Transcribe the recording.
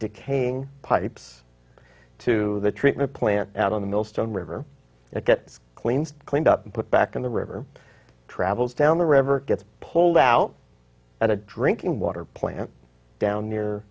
decaying pipes to the treatment plant out on the millstone river it gets cleaned cleaned up put back in the river travels down the river gets pulled out at a drinking water plant down near